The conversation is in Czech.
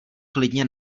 klidně